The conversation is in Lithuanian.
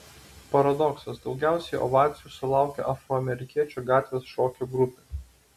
paradoksas daugiausiai ovacijų sulaukė afroamerikiečių gatvės šokio grupė